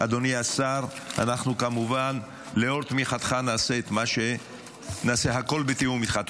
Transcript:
אדוני השר, לאור תמיכתך, נעשה הכול בתיאום איתך.